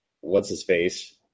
what's-his-face